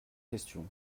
questions